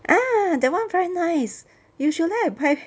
ah that [one] quite nice usually I buy